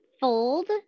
fold